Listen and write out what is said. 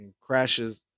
crashes